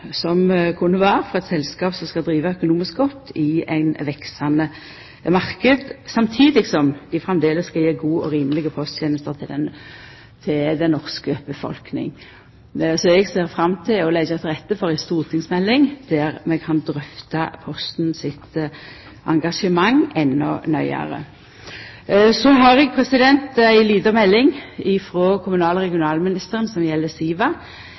som kunne vera for eit selskap som skal driva økonomisk godt i ein veksande marknad – samstundes som dei framleis skal gje gode og rimelege posttenester til den norske befolkninga. Eg ser fram til å leggja til rette for ei stortingsmelding der vi kan drøfta Posten sitt engasjement endå nøyare. Så har eg ei lita melding frå kommunal- og regionalministeren som gjeld